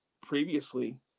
previously